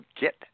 get